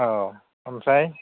औ आमफ्राय